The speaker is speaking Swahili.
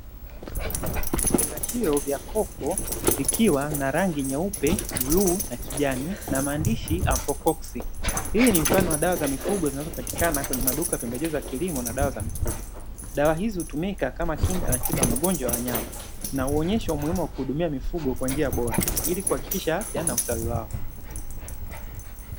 Vifungashio vya kopo vikiwa na rangi nyeupe blue na kijani na maandishi, hii ni mfano wa dawa za mifugo zinazopatikana kwenye maduka pembejeo za kilimo na dawa za mifugo. Dawa hizo hutumika kama kinga ratiba ya magonjwa ya wanyama naonyeshwa umuhimu wa kuhudumia mifugo kwa njia bora, ili kuhakikisha yana ustawi wao.